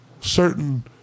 certain